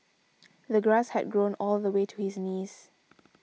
the grass had grown all the way to his knees